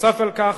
נוסף על כך,